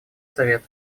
совет